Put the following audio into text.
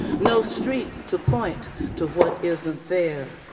no streets to point to what isn't there.